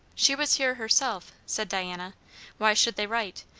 she was here herself, said diana why should they write?